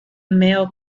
male